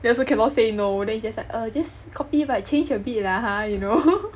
then also cannot say no then just like uh just copy but change a bit lah ha you know